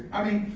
i mean,